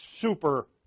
super